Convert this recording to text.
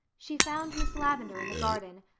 she found miss lavendar in the garden.